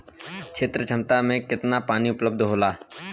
क्षेत्र क्षमता में केतना पानी उपलब्ध होला?